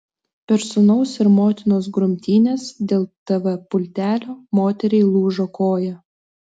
per sūnaus ir motinos grumtynes dėl tv pultelio moteriai lūžo koja